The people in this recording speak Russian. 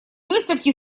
выставки